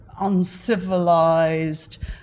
uncivilized